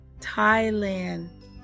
Thailand